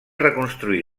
reconstruir